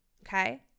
Okay